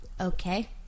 okay